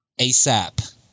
ASAP